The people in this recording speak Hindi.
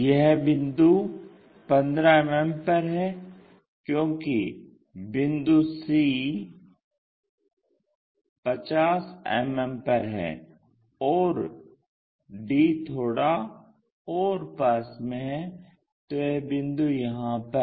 यह बिंदु 15 मिमी पर है क्योंकि बिंदु C 50 मिमी पर है और D थोड़ा और पास में है तो यह बिंदु यहां पर है